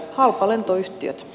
halpalentoyhtiöt